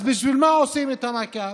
אז בשביל מה עושים את המעקב?